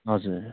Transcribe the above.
हजुर